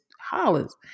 hollers